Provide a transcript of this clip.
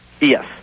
yes